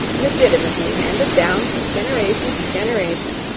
legitimately handed down from generation to generation,